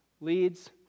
leads